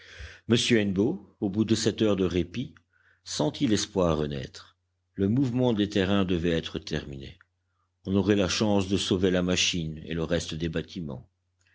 hennebeau au bout de cette heure de répit sentit l'espoir renaître le mouvement des terrains devait être terminé on aurait la chance de sauver la machine et le reste des bâtiments